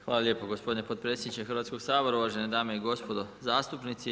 Hvala lijepo gospodine potpredsjedniče Hrvatskog sabora, uvažene dame i gospodo zastupnici.